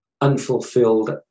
unfulfilled